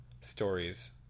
stories